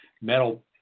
metal